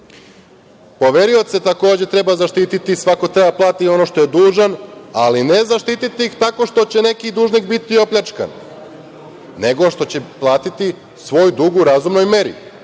takođe, treba zaštiti. Svako treba da plati ono što je dužan, ali ne zaštiti ih tako što će neki dužnik biti opljačkan, nego što će platiti svoj dug u razumnoj meri